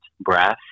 breath